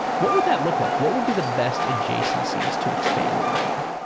what would that look like? what would be the best adjacencies to expand and to?